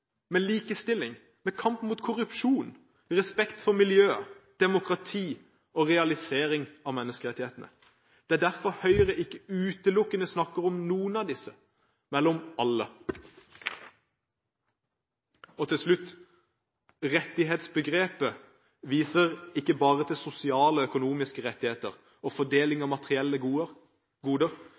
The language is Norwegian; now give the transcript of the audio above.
med likestilling, med kamp mot korrupsjon, respekt for miljøet, demokrati og realisering av menneskerettighetene. Det er derfor Høyre ikke utelukkende snakker om noen av disse, men om alle. Til slutt: Rettighetsbegrepet viser ikke bare til sosiale og økonomiske rettigheter og fordeling av materielle goder,